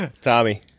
Tommy